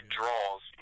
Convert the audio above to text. draws